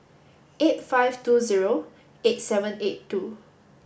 eight five two zero eight seven eight two